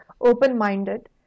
open-minded